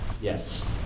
Yes